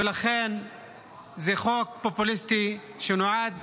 ולכן זה חוק פופוליסטי, שנועד